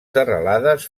serralades